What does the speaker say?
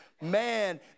man